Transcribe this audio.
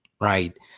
right